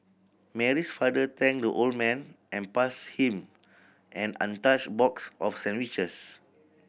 Mary's father thanked the old man and passed him an untouched box of sandwiches